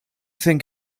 think